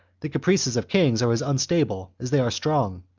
the caprices of kings are as unstable as they are strong,